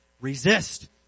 resist